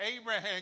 Abraham